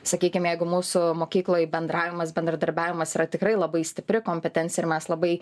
sakykime jeigu mūsų mokykloj bendravimas bendradarbiavimas yra tikrai labai stipri kompetencija ir mes labai